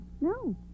No